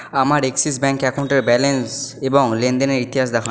আমার Axis bank অ্যাকাউন্টের balance এবং লেনদেনের ইতিহাস দেখান